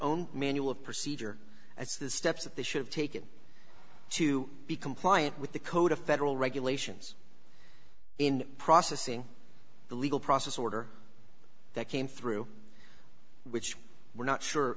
own manual of procedure that's the steps that they should have taken to be compliant with the code of federal regulations in processing the legal process order that came through which we're not sure